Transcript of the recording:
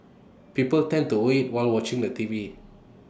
people tend to overeat while watching the T V